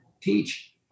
teach